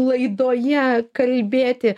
laidoje kalbėti